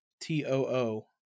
t-o-o